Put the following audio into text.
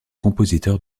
compositeur